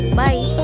bye